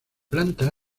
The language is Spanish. planta